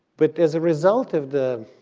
but as a result of the